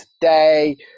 today